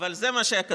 אבל זה מה שהיה כתוב.